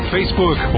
Facebook